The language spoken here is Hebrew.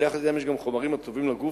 אבל יחד אתם יש גם חומרים הטובים לגוף,